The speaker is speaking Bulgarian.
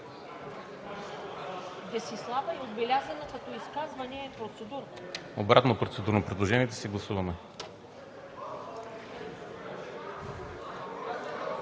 Обратно процедурно предложение – да си гласуваме.